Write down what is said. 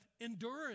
endurance